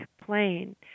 plane